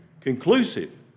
conclusive